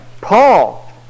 Paul